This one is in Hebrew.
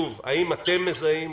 שוב האם אתם מזהים,